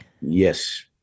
Yes